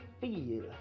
feel